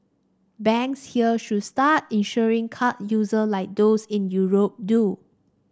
banks here should start insuring card users like those in Europe do